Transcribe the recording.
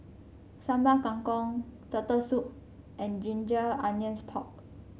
Sambal Kangkong Turtle Soup and Ginger Onions Pork